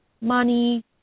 money